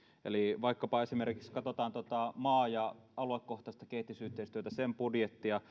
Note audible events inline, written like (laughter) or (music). eli jos katsotaan esimerkiksi vaikkapa tuota maa ja aluekohtaista kehitysyhteistyötä sen budjettia (unintelligible)